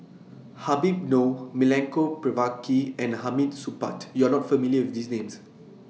Habib Noh Milenko Prvacki and Hamid Supaat YOU Are not familiar with These Names